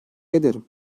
ederim